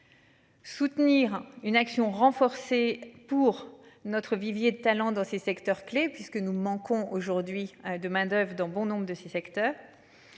Soutenir une action renforcée pour notre vivier de talents dans ces secteurs clés puisque nous manquons aujourd'hui de main-d'oeuvre dans bon nombre de ces secteurs.